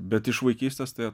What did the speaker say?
bet iš vaikystės tai